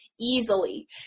Easily